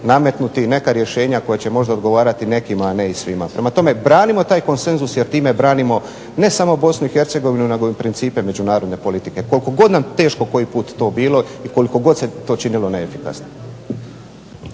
nametnuti neka rješenja koja će možda odgovarati nekima, a ne i svima. Prema tome branimo taj konsenzus jer time branimo ne samo BiH nego i principe međunarodne politike koliko god nam teško koji put to bilo i koliko god se to činilo neefikasnim.